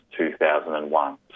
2001